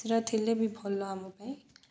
ସେଟା ଥିଲେ ବି ଭଲ ଆମ ପାଇଁ